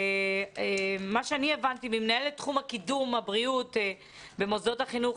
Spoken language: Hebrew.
מה שאני הבנתי ממנהלת תחום קידום הבריאות במוסדות החינוך,